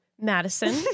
Madison